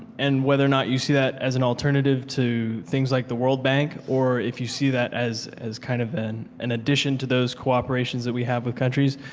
and whether or not you see that as an alternative to things like the world bank or if you see that as as kind of an an addition to those cooperations that we have with countries.